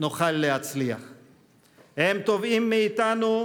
בארץ אבותינו,